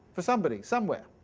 for somebody, somewhere.